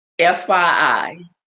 fyi